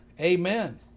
Amen